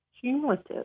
cumulative